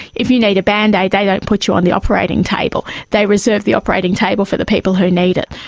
if you need a band-aid they don't put you on the operating table, they reserve the operating table for the people who need it.